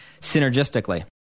synergistically